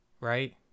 Right